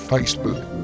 Facebook